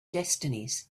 destinies